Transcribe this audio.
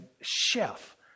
chef